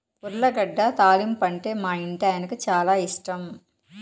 ఉర్లగడ్డ తాలింపంటే మా ఇంటాయనకి చాలా ఇష్టం